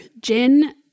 Jen-